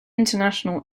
international